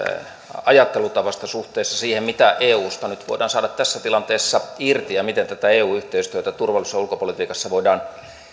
ajattelutavasta suhteessa siihen mitä eusta nyt voidaan saada tässä tilanteessa irti ja miten tätä eu yhteistyötä turvallisuus ja ulkopolitiikassa voidaan